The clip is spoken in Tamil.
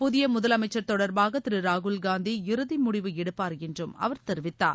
புதிய முதலமைச்சர் தொடர்பாக திரு ராகுல் காந்தி இறுதி முடிவு எடுப்பார் என்று அவர் தெரிவித்தார்